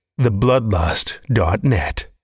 thebloodlust.net